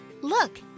look